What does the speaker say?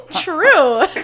True